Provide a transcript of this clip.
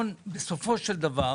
בסופו של דבר